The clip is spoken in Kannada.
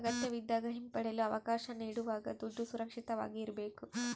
ಅಗತ್ಯವಿದ್ದಾಗ ಹಿಂಪಡೆಯಲು ಅವಕಾಶ ನೀಡುವಾಗ ದುಡ್ಡು ಸುರಕ್ಷಿತವಾಗಿ ಇರ್ಬೇಕು